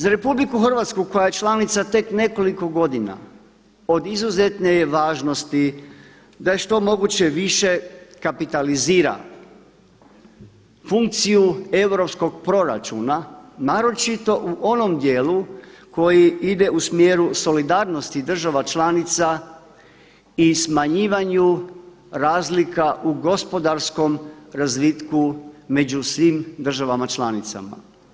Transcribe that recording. Za RH koja je članica tek nekoliko godina od izuzetne je važnosti da je što je moguće više kapitalizira funkciju europskog proračuna naročito u onom dijelu koji ide u smjeru solidarnosti država članica i smanjivanju razlika u gospodarskom razvitku među svim državama članicama.